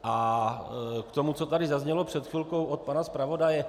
A k tomu, co tady zaznělo před chvilkou od pana zpravodaje.